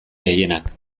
gehienak